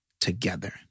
together